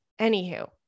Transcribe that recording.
Anywho